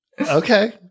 Okay